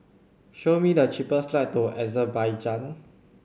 show me the cheapest flight to Azerbaijan